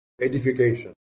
edification